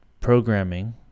programming